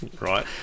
right